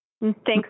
Thanks